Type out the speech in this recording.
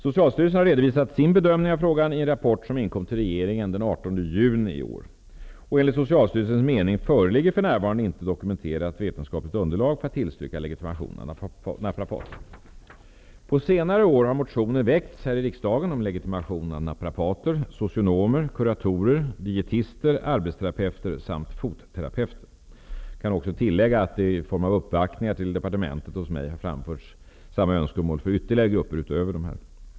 Socialstyrelsen har redovisat sin bedömning av frågan i en rapport som inkom till regeringen den 18 juni i år. Enligt Socialstyrelsens mening föreligger för närvarande inte dokumenterat vetenskapligt underlag för att tillstyrka legitimation av naprapater. På senare år har motioner väckts i riksdagen om legitimation av naprapater, socionomer, kuratorer, dietister, arbetsterapeuter samt fotterapeuter. Jag kan också tillägga att det i form av uppvaktningar till mig på departementet har framförts samma önskemål för ytterligare grupper utöver dessa.